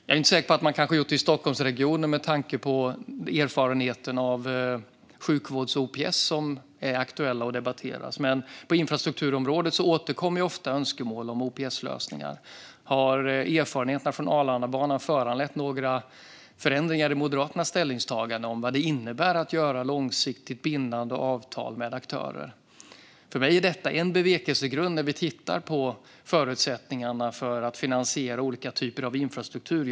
Jag är inte säker på att man gjort det i Stockholmsregionen, med tanke på erfarenheterna av sjukvårds-OPS, som är aktuella och som debatteras. Men på infrastrukturområdet återkommer ofta önskemål om OPS-lösningar. Har erfarenheterna från Arlandabanan föranlett några förändringar i Moderaternas ställningstagande om vad det innebär att ingå långsiktigt bindande avtal med aktörer? För mig är detta en bevekelsegrund när vi tittar på förutsättningarna för att finansiera olika typer av infrastruktur.